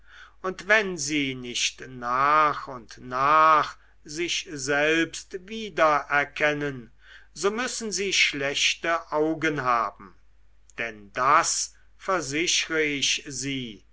und wenn sie nicht nach und nach sich selbst wiedererkennen so müssen sie schlechte augen haben denn das versichere ich sie